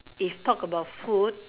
if talk about food